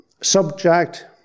subject